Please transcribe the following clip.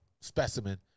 specimen